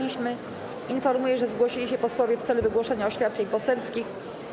Informuję, że zgłosili się posłowie w celu wygłoszenia oświadczeń poselskich.